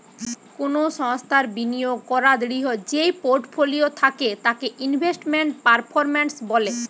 কোনো সংস্থার বিনিয়োগ করাদূঢ় যেই পোর্টফোলিও থাকে তাকে ইনভেস্টমেন্ট পারফরম্যান্স বলে